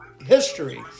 history